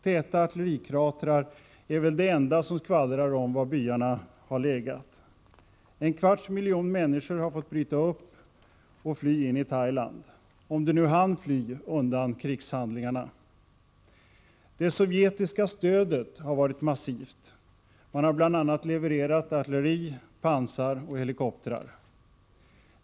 Täta artillerikratrar är väl det enda som skvallrar om var byarna har legat. En kvarts miljon människor har fått bryta upp och fly in i Thailand, om de nu hann fly undan krigshandlingarna. Det sovjetiska stödet har varit massivt. Man har bland annat levererat artilleri, pansar och helikoptrar.